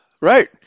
Right